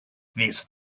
this